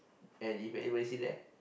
and if anybody sit there